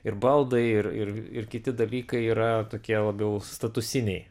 ir baldai ir ir ir kiti dalykai yra tokie labiau statusiniai